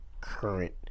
current